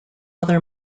other